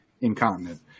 incontinent